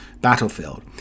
battlefield